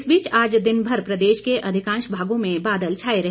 इस बीच आज दिनभर प्रदेश के अधिकांश भागों में बादल छाए रहे